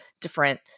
different